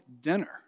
dinner